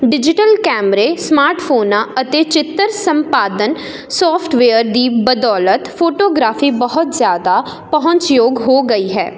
digital ਕੈਮਰੇ smart ਫੋਨਾਂ ਅਤੇ ਚਿੱਤਰ ਸੰਪਾਦਨ ਸੋਫਟਵੇਅਰ ਦੀ ਬਦੋਲਤ ਫੋਟੋਗਰਾਫੀ ਬਹੁਤ ਜ਼ਿਆਦਾ ਪਹੁੰਚ ਯੋਗ ਹੋ ਗਈ ਹੈ